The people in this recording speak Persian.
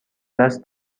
دست